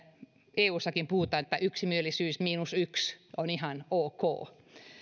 eussakin puhutaan että yksimielisyys miinus yksi on ihan ok